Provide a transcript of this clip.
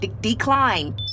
Decline